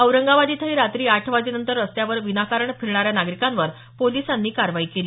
औरंगाबाद इथंही रात्री आठ वाजेनंतर रस्त्यावर विनाकारण फिरणाऱ्या नागरिकांवर पोलिसांनी कारवाई केली